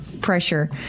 pressure